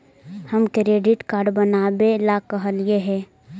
हम credit card बनावे ला कहलिऐ हे?